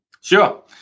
Sure